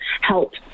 help